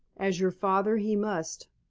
as your father he must.